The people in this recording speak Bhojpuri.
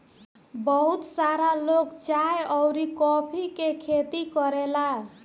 बहुत सारा लोग चाय अउरी कॉफ़ी के खेती करेला